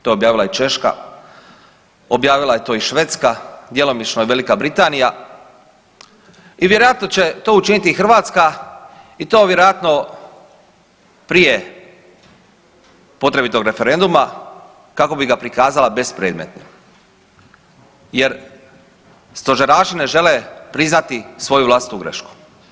To je objavila i Češka, objavila je to i Švedska, djelomično i Velika Britanija i vjerojatno će to učiniti i Hrvatska i to vjerojatno prije potrebitog referenduma kako bi ga prikazala bespredmetnim jer stožeraši ne žele priznati svoju vlastitu grešku.